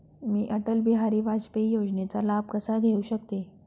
मी अटल बिहारी वाजपेयी योजनेचा लाभ कसा घेऊ शकते?